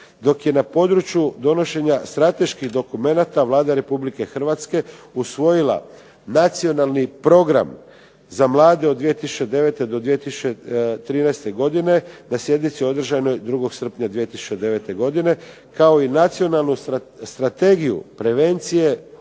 dok je na području donošenja strateških dokumenata Vlada Republike Hrvatske usvojila Nacionalni program za mlade od 2009. do 2013. godine na sjednici održanoj 2. srpnja 2009. godine kao i Nacionalnu strategiju prevencije